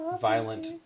violent